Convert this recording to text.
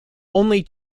only